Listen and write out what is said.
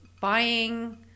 buying